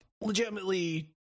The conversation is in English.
legitimately